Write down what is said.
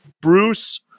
Bruce